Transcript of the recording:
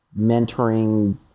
mentoring